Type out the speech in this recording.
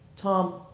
Tom